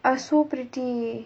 ah so pretty